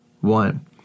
One